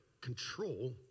control